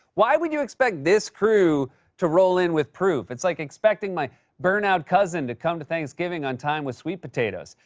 why would you expect this crew to roll in with proof? it's like expecting my burnout cousin to come to thanksgiving on time with sweet potatoes.